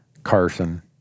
carson